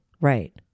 Right